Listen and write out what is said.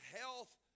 health